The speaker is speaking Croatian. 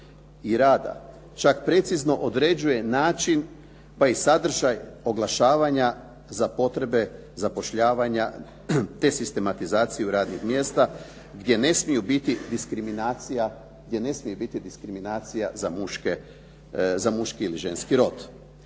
i rada. Čak precizno određuje način pa i sadržaj oglašavanja za potrebe zapošljavanja, te sistematizaciju radnih mjesta gdje ne smije biti diskriminacija za muški ili ženski rod.